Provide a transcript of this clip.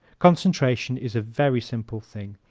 concentration is a very simple thing.